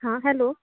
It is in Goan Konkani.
हां हॅलो